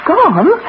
Gone